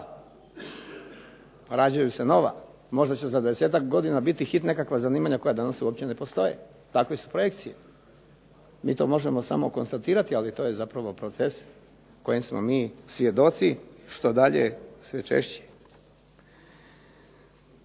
rađaju se nova. Možda će za desetak godina biti hit nekakva zanimanja koja danas uopće ne postoje, takve su projekcije. Mi to možemo samo konstatirati ali to je zapravo proces kojem smo svi svjedoci, što dalje sve češće.